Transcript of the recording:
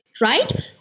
right